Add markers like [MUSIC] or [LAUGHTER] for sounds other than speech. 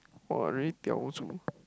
!wah! really diao 住 [NOISE]